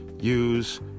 Use